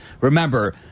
remember